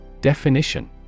Definition